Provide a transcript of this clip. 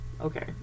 Okay